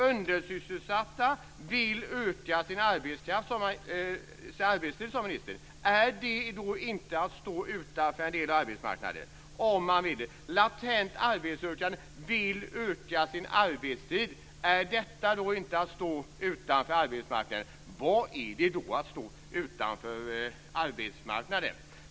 Undersysselsatta vill öka sin arbetstid, sade ministern. Är det då inte att stå utanför en del av arbetsmarknaden? Latent arbetssökande vill öka sin arbetstid, sade ministern. Är detta inte att stå utanför arbetsmarknaden? Vad är då att stå utanför arbetsmarknaden?